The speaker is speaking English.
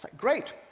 like great.